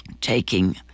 taking